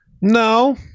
No